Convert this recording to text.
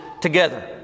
together